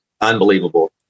unbelievable